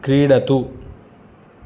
क्रीडतु